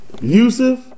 Yusuf